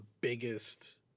biggest